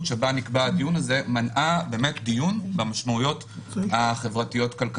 שבה נקבע הדיון הזה מנעה דיון במשמעויות החברתיות-כלכליות.